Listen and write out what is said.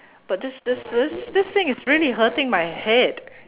but this this this this thing is really hurting my head